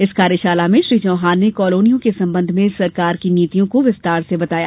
इस कार्यशाला में श्री चौहान ने कालोनियों के संबंध में सरकार की नीतियों को विस्तार से बताया